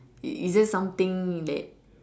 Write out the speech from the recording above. is there just something that